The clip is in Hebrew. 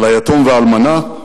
על היתום והאלמנה,